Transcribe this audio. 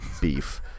beef